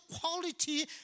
quality